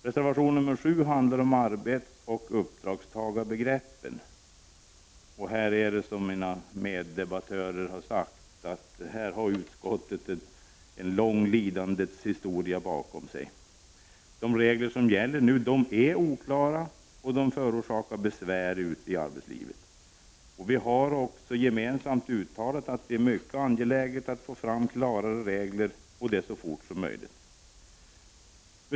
Reservation nr 7 handlar om arbetsoch uppdragstagarbegreppet. I det här avseendet har, som mina meddebattörer har sagt, utskottet en lång lidandets historia bakom sig. De regler som nu gäller är oklara och förorsakar besvär ute i arbetslivet. Vi har också gemensamt uttalat att det är mycket angeläget att få fram klara regler så snabbt som möjligt.